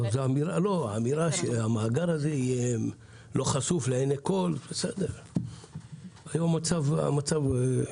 אבל האמירה שהמאגר הזה יהיה לא חשוף לעיני כל היום המצב פרוץ.